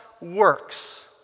works